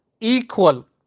equal